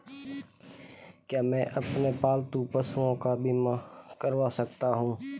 क्या मैं अपने पालतू पशुओं का बीमा करवा सकता हूं?